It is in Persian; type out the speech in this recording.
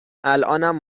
الانم